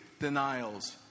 denials